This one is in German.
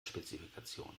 spezifikation